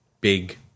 big